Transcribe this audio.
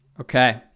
Okay